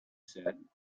said